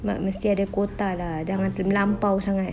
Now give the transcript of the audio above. but mesti ada kuota lah jangan melampau sangat